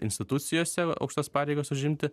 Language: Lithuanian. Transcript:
institucijose aukštas pareigas užimti